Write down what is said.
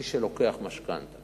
מי שלוקח משכנתה